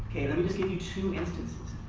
okay. let me just give you two instances.